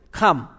come